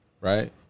right